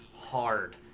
hard